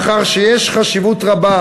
מאחר שיש חשיבות רבה,